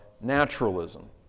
naturalism